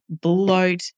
bloat